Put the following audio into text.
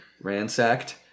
Ransacked